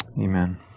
Amen